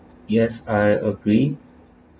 yes I agree